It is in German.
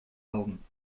augen